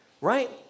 right